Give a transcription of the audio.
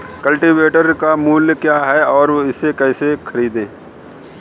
Cultivator का मूल्य क्या है और इसे कैसे खरीदें?